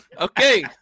Okay